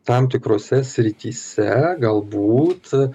tam tikrose srityse galbūt